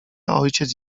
ojciec